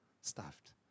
Stuffed